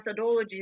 methodologies